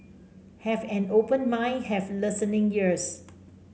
have an open mind have listening ears